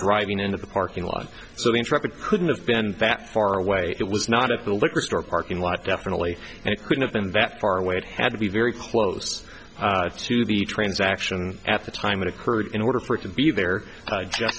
driving in the parking lot so the intrepid couldn't have been that far away it was not at the liquor store parking lot definitely and it could have been back far away it had to be very close to the transaction at the time it occurred in order for it to be there just